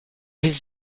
his